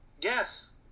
Yes